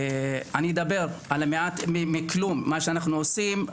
אני אדבר על המעט מכלום, מה שאנחנו עושים.